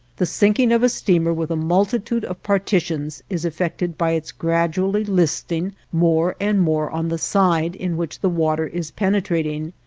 the sinking of a steamer with a multitude of partitions is effected by its gradually listing more and more on the side in which the water is penetrating,